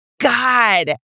God